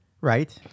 Right